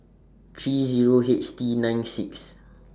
three Zero H T nine six